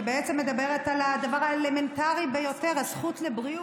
שבעצם מדברת על הדבר האלמנטרי ביותר: הזכות לבריאות,